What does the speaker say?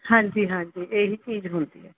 ਹਾਂਜੀ ਹਾਂਜੀ ਇਹੀ ਚੀਜ਼ ਹੁੰਦੀ ਹੈ